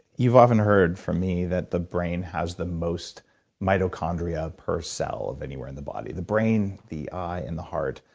you've often heard from me that the brain has the most mitochondria per cell of anywhere in the body. the brain, the eye, and the heart,